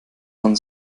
von